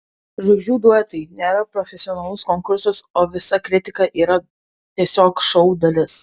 žvaigždžių duetai nėra profesionalus konkursas o visa kritika yra tiesiog šou dalis